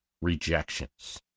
rejections